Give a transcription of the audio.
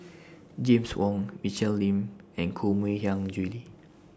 James Wong Michelle Lim and Koh Mui Hiang Julie